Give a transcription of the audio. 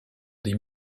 des